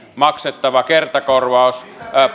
maksettava kertakorvaus